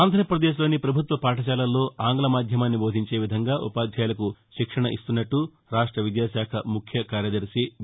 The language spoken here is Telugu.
అంధ్రప్రదేశ్లోని ప్రభుత్వ పాఠశాలల్లో ఆంగ్ల మాధ్యమాన్ని బోధించే విధంగా ఉపాధ్యాయులకు శిక్షణ ఇస్తున్నట్ల రాష్ట విద్యాకాఖ ముఖ్య కార్యదర్శి బీ